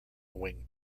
wing